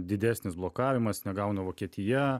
didesnis blokavimas negauna vokietija